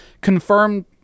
confirmed